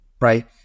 right